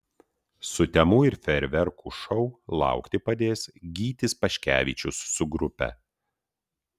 sutemų ir fejerverkų šou laukti padės gytis paškevičius su grupe